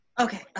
Okay